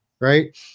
Right